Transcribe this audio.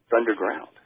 underground